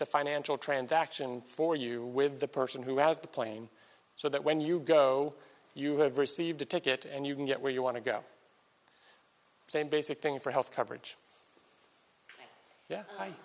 the financial transaction for you with the person who has the plane so that when you go you have received a ticket and you can get where you want to go same basic thing for health coverage